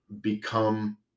become